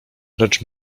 precz